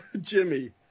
Jimmy